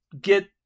get